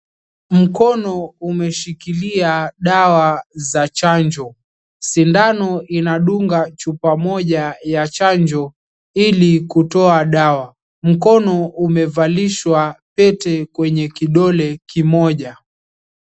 Mkono umeshikilia dawa za chanjo, sindano inadunga chupa moja ya chanjo ili kutoa dawa. Mkono umevalishwa pete kwenye kidole mmoja.